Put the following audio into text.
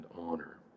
honor